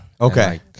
Okay